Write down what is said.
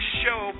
show